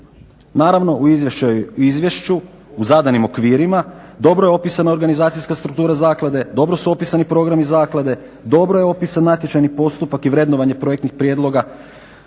Naravno u izvješću, u zadanim okvirima dobro je opisana organizacijska struktura Zaklade, dobro su opisani programi Zaklade, dobro je opisan natječajni postupak i vrednovanje projektnih prijedloga,